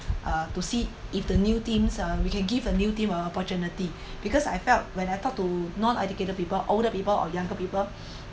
uh to see if the new teams uh we can give a new team opportunity because I felt when I talk to not educated people older people or younger people